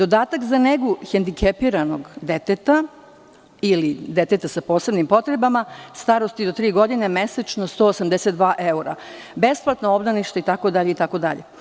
Onda, dodatak za negu hendikepiranog deteta ili deteta sa posebnim potrebama starosti do tri godine je mesečno 182 evra, besplatno obdanište itd, itd.